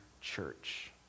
church